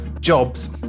Jobs